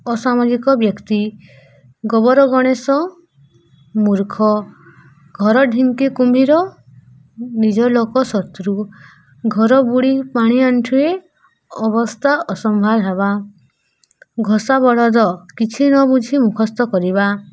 ଅସାମାଜିକ ବ୍ୟକ୍ତି ଗୋବର ଗଣେଶ ମୂର୍ଖ ଘର ଢିଙ୍କି କୁମ୍ଭୀର ନିଜ ଲୋକ ଶତ୍ରୁ ଘର ବୁଡ଼ି ପାଣି ଆଣ୍ଠୁଏ ଅବସ୍ଥା ଅସମ୍ଭାଳ ହେବା ଘୋଷା ବଳଦ କିଛି ନ ବୁଝି ମୁଖସ୍ତ କରିବା